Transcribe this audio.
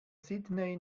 sydney